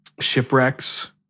shipwrecks